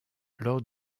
lors